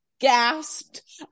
gasped